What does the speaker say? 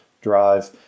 drive